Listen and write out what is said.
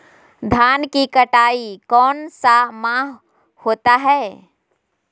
धान की कटाई कौन सा माह होता है?